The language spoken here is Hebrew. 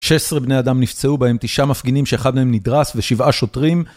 16 בני אדם נפצעו בהם, 9 מפגינים שאחד מהם נדרס ו-7 שוטרים.